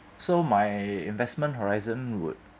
so my investment horizon would